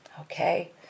Okay